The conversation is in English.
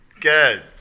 Good